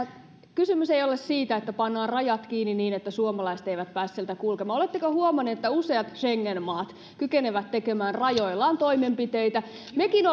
kysymys ei ole siitä että pannaan rajat kiinni niin että suomalaiset eivät pääse sieltä kulkemaan oletteko huomanneet että useat schengen maat kykenevät tekemään rajoillaan toimenpiteitä mekin